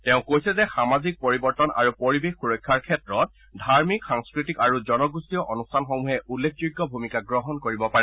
তেওঁ কৈছে যে সামাজিক পৰিৱৰ্তন আৰু পৰিৱেশ সুৰক্ষাৰ ক্ষেত্ৰত ধাৰ্মিক সাংস্কৃতিক আৰু জনগোষ্ঠীয় অনুষ্ঠানসমূহে উল্লেখযোগ্য ভূমিকা গ্ৰহণ কৰিব পাৰে